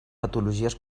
patologies